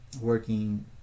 working